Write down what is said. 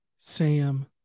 Sam